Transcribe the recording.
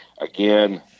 again